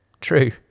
True